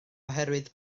oherwydd